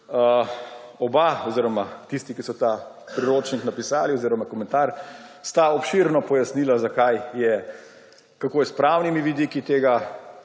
oba oziroma tisti, ki so ta priročnik napisali oziroma komentar, sta obširno pojasnila, kako je s pravnimi vidiki tega